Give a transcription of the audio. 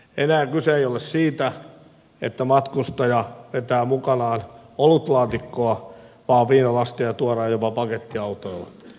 enää kyse ei ole siitä että matkustaja vetää mukanaan olutlaatikkoa vaan viinalasteja tuodaan jopa pakettiautoilla